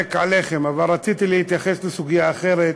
חולק עליכם, אבל רציתי להתייחס לסוגיה אחרת.